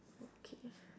okay